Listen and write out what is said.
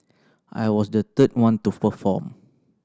I was the third one to perform